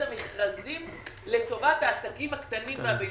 המכרזים לטובת העסקים הקטנים והבינוניים.